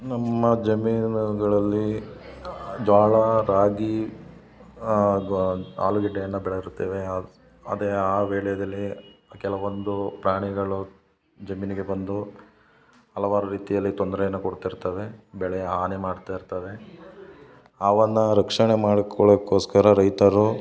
ನಮ್ಮ ಜಮೀನುಗಳಲ್ಲಿ ಜೋಳ ರಾಗಿ ಹಾಗೂ ಆಲೂಗಡ್ಡೆಯನ್ನು ಬೆಳೆದಿರುತ್ತೇವೆ ಅಸ್ ಅದೇ ಆ ವೇಳೆದಲ್ಲಿ ಕೆಲವೊಂದು ಪ್ರಾಣಿಗಳು ಜಮೀನಿಗೆ ಬಂದು ಹಲವಾರು ರೀತಿಯಲ್ಲಿ ತೊಂದರೆಯನ್ನ ಕೊಡ್ತಿರ್ತವೆ ಬೆಳೆ ಹಾನಿ ಮಾಡ್ತಾಯಿರ್ತವೆ ಅವನ್ನು ರಕ್ಷಣೆ ಮಾಡಿಕೊಳ್ಳೊಕ್ಕೋಸ್ಕರ ರೈತರು